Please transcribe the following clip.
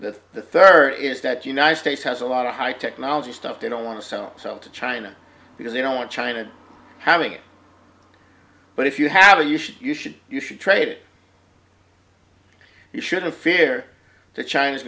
that the third is that united states has a lot of high technology stuff they don't want to sell sell to china because they don't want china to having it but if you have a you should you should you should trade it you shouldn't fear that china's